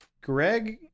Greg